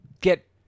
get